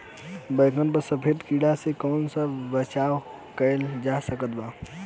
बैगन पर सफेद कीड़ा से कैसे बचाव कैल जा सकत बा?